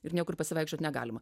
ir niekur pasivaikščiot negalima